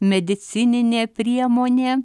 medicininė priemonė